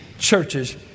churches